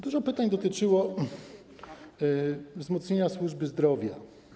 Dużo pytań dotyczyło wzmocnienia służby zdrowia.